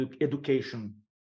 education